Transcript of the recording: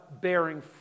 bearing